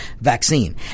vaccine